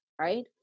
right